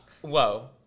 whoa